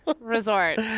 resort